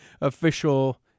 official